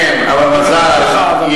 תודה רבה לך, אדוני.